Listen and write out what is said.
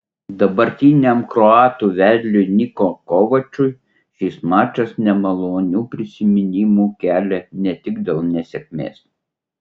dabartiniam kroatų vedliui niko kovačui šis mačas nemalonių prisiminimų kelia ne tik dėl nesėkmės